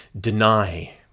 deny